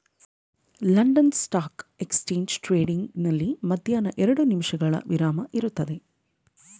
London stock exchange trading ನಲ್ಲಿ ಮಧ್ಯಾಹ್ನ ಎರಡು ನಿಮಿಷಗಳ ವಿರಾಮ ಇರುತ್ತದೆ